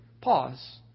pause